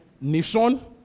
nation